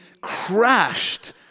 crashed